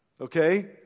Okay